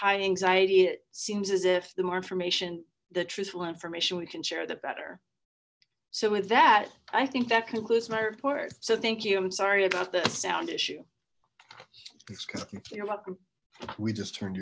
high anxiety it seems as if the more information the truthful information we can share the better so with that i think that concludes my report so thank you i'm sorry about the sound issue we just turned